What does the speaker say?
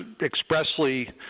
expressly